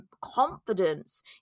confidence